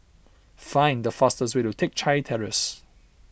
find the fastest way to Teck Chye Terrace